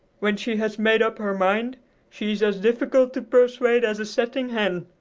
when she has made up her mind she is as difficult to persuade as a setting hen.